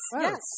yes